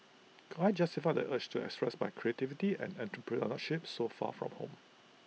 could I justify the urge to express my creativity and entrepreneurship so far from home